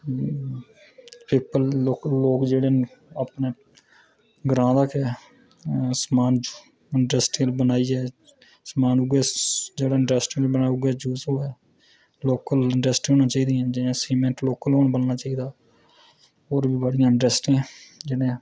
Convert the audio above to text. इक्क लोग जेह्ड़े न अपने ग्रांऽ गै समान दी इंडस्ट्री बनाई जाए समान जेह्ड़ा इंडस्ट्री च बने उऐ यूज़ होऐ लोकल इंडस्ट्रियां होनियां चाही दियां जियां सीमैंट लोकल होना चाहिदा होर बी बड़ियां इंडस्ट्रियां जिनें